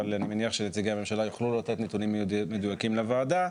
אבל אני מניח שנציגי הממשלה יוכלו לתת לנו נתונים מדויקים לוועדה,